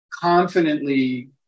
confidently